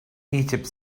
egypt